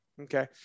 Okay